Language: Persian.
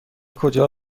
کجا